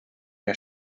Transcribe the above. der